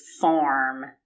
farm